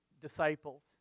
disciples